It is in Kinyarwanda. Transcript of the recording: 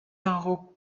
aho